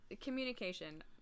communication